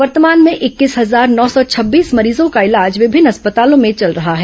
वर्तमान में इक्कीस हजार नौ सौ छब्बीस मरीजों का इलाज विभिन्न अस्पतालों में चल रहा है